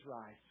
rise